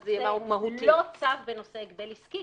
זה לא צו בנושא הגבל עסקי,